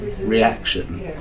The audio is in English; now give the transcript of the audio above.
reaction